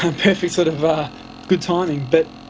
um perfect, sort of ah good timing, but